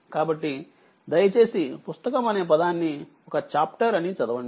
కాబట్టిదయచేసిపుస్తకం అనే పదాన్ని ఒక చాఫ్టర్ అనిచదవండి